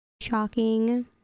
shocking